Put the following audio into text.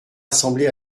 assemblée